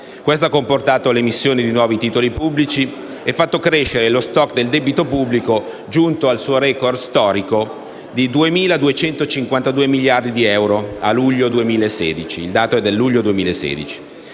Questo ha comportato l'emissione di nuovi titoli pubblici e fatto crescere lo *stock* del debito pubblico, giunto al suo *record* storico di 2.252 miliardi di euro a luglio 2016.